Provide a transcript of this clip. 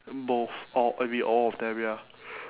both all every all of them ya